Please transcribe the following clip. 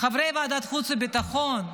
חברי ועדת חוץ וביטחון,